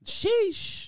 Sheesh